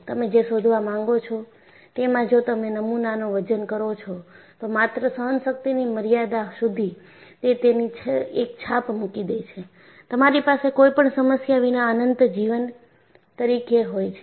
તમે જે શોધવા માંગો છોતેમાં જો તમે નમુનાનો વજન કરો છોતો માત્ર સહનશક્તિની મર્યાદા સુધી તે તેની એક છાપ મૂકી દે છે તમારી પાસે કોઈપણ સમસ્યા વિના અનંત જીવન તરીકે હોય છે